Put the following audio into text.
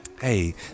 Hey